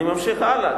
אני ממשיך הלאה.